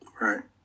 Right